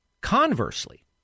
Conversely